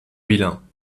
vilain